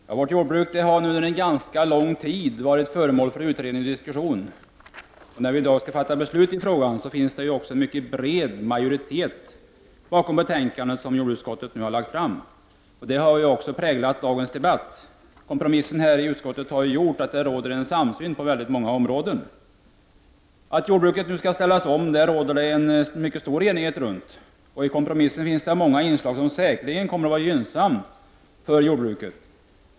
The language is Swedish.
Fru talman! Vårt jordbruk har nu under en ganska lång tid varit föremål för utredning och diskussion. När vi nu i dag skall fatta beslut i frågan så finns det en mycket bred majoritet bakom det betänkande som jordbruksutskottet har lagt fram. Detta har ju präglat dagens debatt. Kompromissen i jordbruksutskottet har ju gjort att det råder en samsyn på många områden. Att jordbruket nu skall ställas om råder det således en mycket stor enighet runt. I kompromissen finns det många inslag som säkerligen kommer att vara gynnsamma för jordbruket.